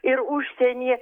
ir užsienyje